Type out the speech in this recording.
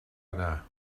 anar